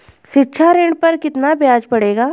शिक्षा ऋण पर कितना ब्याज पड़ेगा?